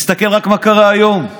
תסתכל רק מה קרה היום.